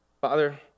Father